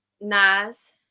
Nas